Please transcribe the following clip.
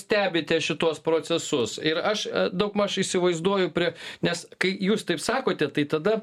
stebite šituos procesus ir aš daugmaž įsivaizduoju prie nes kai jūs taip sakote tai tada